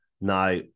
Now